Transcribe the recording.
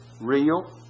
real